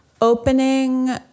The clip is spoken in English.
Opening